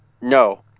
No